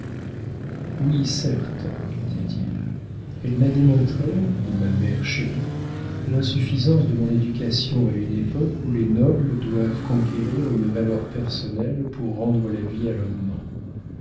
oui certes dit-il elle m'a démontré ma mère chérie l'insuffisance de mon éducation à une époque où les nobles doivent conquérir une valeur personnelle pour rendre la vie à leur nom